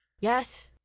Yes